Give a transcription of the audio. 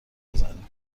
بزند